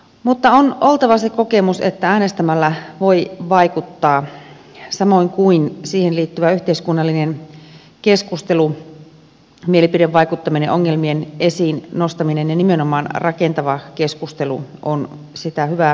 mutta on oltava se kokemus että äänestämällä voi vaikuttaa samoin kuin siihen liittyvä yhteiskunnallinen keskustelu mielipidevaikuttaminen ongelmien esiinnostaminen ja nimenomaan rakentava keskustelu on sitä hyvää demokratiaa